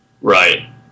Right